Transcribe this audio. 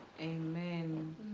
amen